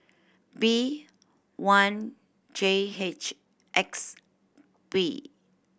B one J H X P